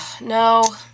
No